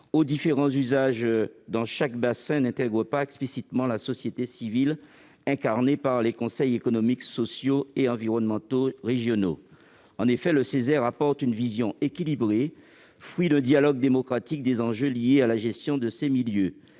aux différents usages dans chaque bassin n'intègre pas explicitement la société civile, incarnée par les conseils économiques, sociaux et environnementaux régionaux (Ceser). En effet, les Ceser apportent une vision équilibrée, fruit de dialogues démocratiques sur les enjeux liés à la gestion de ces milieux.